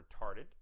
retarded